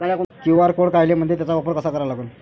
QR code कायले म्हनते, त्याचा वापर कसा करा लागन?